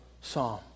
psalm